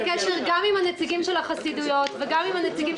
עם הנציגים של החסידויות וגם עם הנציגים